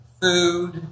food